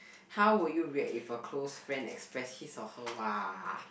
how would you react if a close friend express his or her !wah!